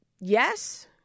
yes